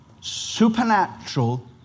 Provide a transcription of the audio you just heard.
supernatural